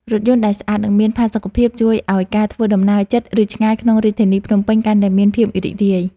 រថយន្តដែលស្អាត និងមានផាសុកភាពជួយឱ្យការធ្វើដំណើរជិត ឬឆ្ងាយក្នុងរាជធានីភ្នំពេញកាន់តែមានភាពរីករាយ។